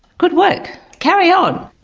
good work. carry on!